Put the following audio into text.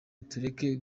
tureke